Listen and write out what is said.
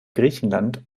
griechenland